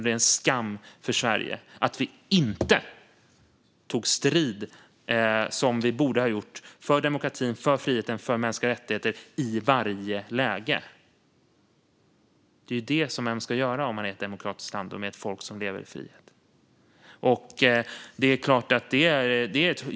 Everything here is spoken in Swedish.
Det är en skam för Sverige att vi inte tog strid, som vi borde ha gjort, för demokrati, för frihet och för mänskliga rättigheter i varje läge. Det är det som man ska göra om man är ett demokratiskt land, med ett folk som lever i frihet.